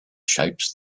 shapes